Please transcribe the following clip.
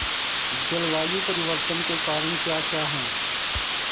जलवायु परिवर्तन के कारण क्या क्या हैं?